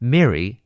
Mary